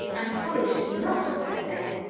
and polly should not work there,